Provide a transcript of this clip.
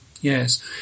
Yes